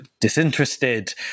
disinterested